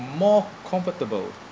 more comfortable